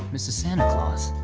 mrs. santa claus.